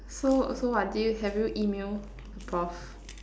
so so what do you have you email the boss